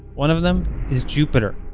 one of them is jupiter.